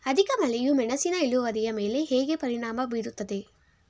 ಅಧಿಕ ಮಳೆಯು ಮೆಣಸಿನ ಇಳುವರಿಯ ಮೇಲೆ ಹೇಗೆ ಪರಿಣಾಮ ಬೀರುತ್ತದೆ?